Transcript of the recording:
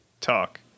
talk